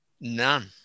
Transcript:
None